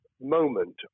moment